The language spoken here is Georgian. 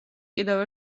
კიდევ